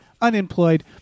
Unemployed